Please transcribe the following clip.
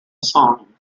song